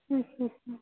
अच्छा अच्छा